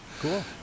Cool